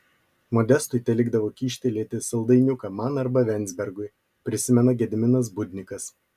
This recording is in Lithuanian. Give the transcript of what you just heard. modestui telikdavo kyštelėti saldainiuką man arba venzbergui prisimena gediminas budnikas